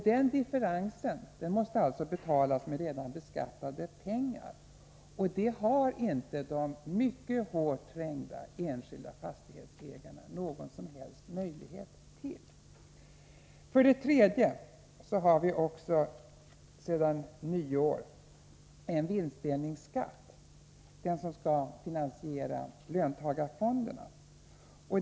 Den differensen måste alltså betalas med redan beskattade pengar, och det har inte de mycket hårt trängda enskilda fastighetsägarna någon som helst möjlighet till. För det tredje har vi sedan nyår en vinstdelningsskatt, den skall finansiera löntagarfonderna.